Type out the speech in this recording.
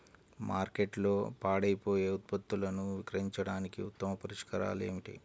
మార్కెట్లో పాడైపోయే ఉత్పత్తులను విక్రయించడానికి ఉత్తమ పరిష్కారాలు ఏమిటి?